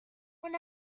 when